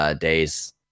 days